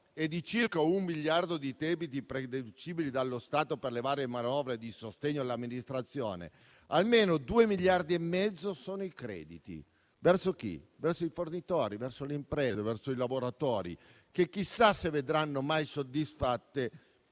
e di circa un miliardo di debiti prededucibili dallo Stato per le varie manovre di sostegno all'amministrazione, almeno 2,5 miliardi sono i crediti. Verso chi? Tali crediti sono verso i fornitori, verso le imprese, verso i lavoratori che chissà se vedranno mai soddisfatte